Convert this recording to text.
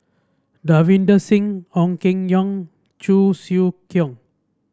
Davinder Singh Ong Keng Yong Cheong Siew Keong